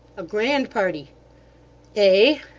a grand party ay?